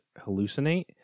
hallucinate